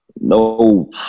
no